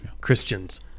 Christians